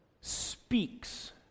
speaks